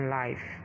life